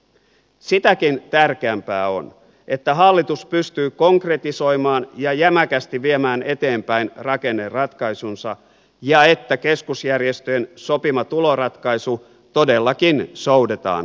sitäkin tärkeämpää on että hallitus pystyy konkretisoimaan ja jämäkästi viemään eteenpäin rakenneratkaisunsa ja että keskusjärjestöjen sopima tuloratkaisu todellakin soudetaan satamaan